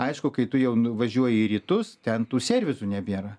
aišku kai tu jau nuvažiuoji į rytus ten tų servisų nebėra